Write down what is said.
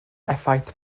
effaith